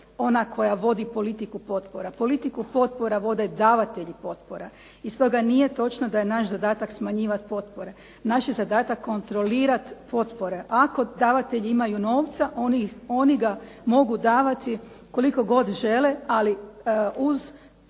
ona koja vodi politiku potpora. Politiku potpora vode davatelji potpora i stoga nije točno da je naš zadatak smanjivati potpore. Naš je zadatak kontrolirati potpore. Ako davatelji imaju novca oni ga mogu davati koliko god žele, ali uz